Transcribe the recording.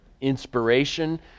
inspiration